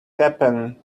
happen